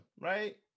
right